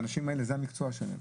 האנשים האלה, זה המקצוע שלהם.